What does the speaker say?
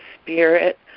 spirit